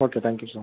okay thank you sir